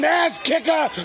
ass-kicker